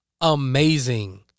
amazing